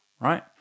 Right